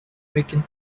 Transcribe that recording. making